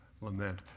lament